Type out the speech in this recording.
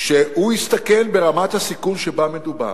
הוא הסתכן ברמת הסיכון שבה מדובר,